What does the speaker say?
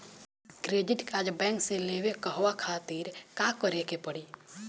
Credit card bank से लेवे कहवा खातिर का करे के पड़ी?